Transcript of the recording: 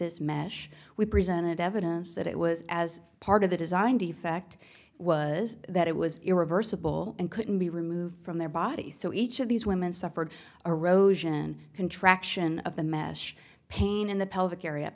this mesh we presented evidence that it was as part of the design defect was that it was irreversible and couldn't be removed from their body so each of these women suffered arose in contraction of the mesh pain in the pelvic area